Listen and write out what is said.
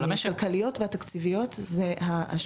הכלכליות והתקציביות זה ההשפעות